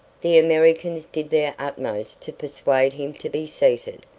the americans did their utmost to persuade him to be seated,